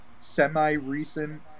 semi-recent